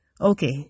okay